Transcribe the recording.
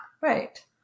Right